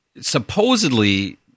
supposedly